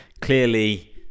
clearly